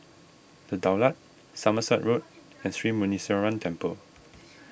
the Daulat Somerset Road and Sri Muneeswaran Temple